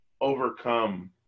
overcome